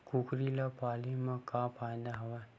कुकरी ल पाले म का फ़ायदा हवय?